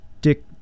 Dick